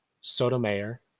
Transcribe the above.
Sotomayor